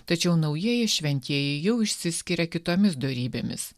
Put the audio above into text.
tačiau naujieji šventieji jau išsiskiria kitomis dorybėmis